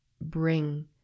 bring